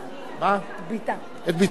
את בתה השנייה.